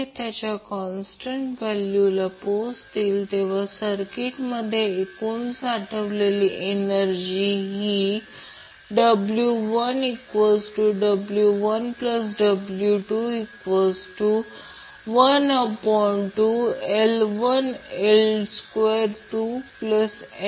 तर आता रेझोनन्स जेव्हा रेझोनन्स होईल तेव्हा एक अट अशी आहे की RL कारण 2 √ टर्म √ अंतर्गत आहेत ही टर्म पॉझिटिव्ह असणे आवश्यक आहे